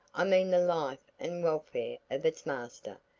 i mean the life and welfare of its master,